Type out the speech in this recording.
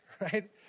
right